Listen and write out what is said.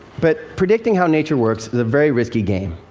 but predicting how nature works is a very risky game.